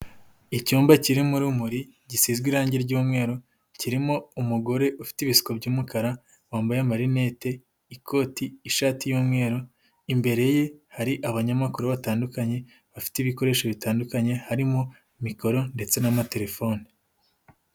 Icyumba kiririmo urumuri, gisizwe irangi ry'mweru, kirimo umugore ufite ibisuko by'umukara, wambaye marinete, ikoti, ishati y'umweru, imbere ye hari abanyamakuru batandukanye, bafite ibikoresho bitandukanye, harimo mikoro ndetse n'amatelefone.